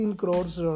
crores